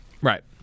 Right